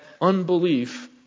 unbelief